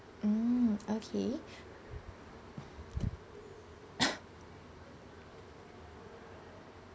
mm okay